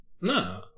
No